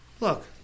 Look